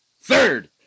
third